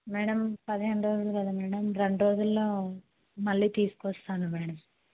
madam పదిహేను రోజులు కదా మ్యాడమ్ రెండు రోజులలో మళ్ళీ తీసుకు వస్తాను మ్యాడమ్